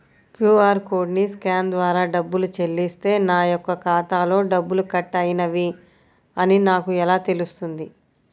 QR కోడ్ని scan ద్వారా డబ్బులు చెల్లిస్తే నా యొక్క ఖాతాలో డబ్బులు కట్ అయినవి అని నాకు ఎలా తెలుస్తుంది?